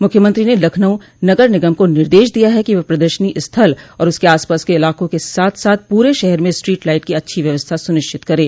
मुख्यमंत्री ने लखनऊ नगर निगम को निर्देश दिया है कि वह प्रदर्शनी स्थल और उसके आसपास के इलाकों के साथ साथ प्ररे शहर में स्ट्रीट लाइट की अच्छी व्यवस्था सुनिश्चित करें